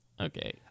Okay